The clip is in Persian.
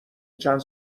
چند